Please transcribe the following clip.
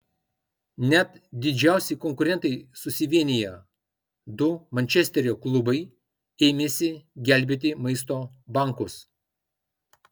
net didžiausi konkurentai susivienija du mančesterio klubai ėmėsi gelbėti maisto bankus